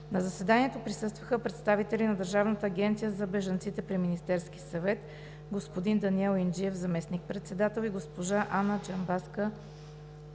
На заседанието присъстваха представители на Държавната агенция за бежанците при Министерския съвет: господин Даниел Инджиев – заместник-председател, и госпожа Анна